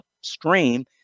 upstream